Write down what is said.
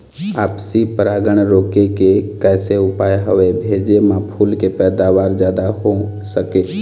आपसी परागण रोके के कैसे उपाय हवे भेजे मा फूल के पैदावार जादा हों सके?